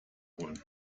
holen